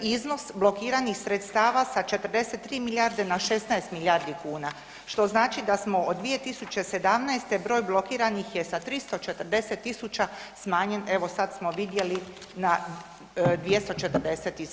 Iznos blokiranih sredstava sa 43 milijarde na 16 milijardi kuna, što znači da smo od 2017. broj blokiranih je sa 340.000 smanjen evo sad smo vidjeli na 247.